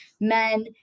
men